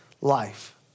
life